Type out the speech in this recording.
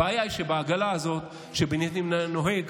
הבעיה היא שבעגלה הזאת שבנימין נתניהו נוהג,